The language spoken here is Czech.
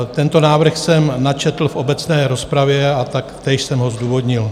Tento návrh jsem načetl v obecné rozpravě a taktéž jsem ho zdůvodnil.